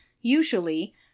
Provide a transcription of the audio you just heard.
Usually